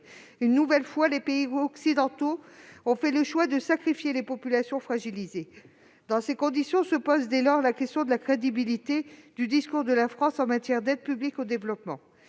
Une nouvelle fois, les pays occidentaux ont fait le choix de sacrifier les populations fragilisées. Se pose dès lors la question de la crédibilité du discours de la France en matière d'aide publique au développement.